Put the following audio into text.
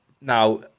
now